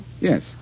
Yes